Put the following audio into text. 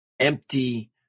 empty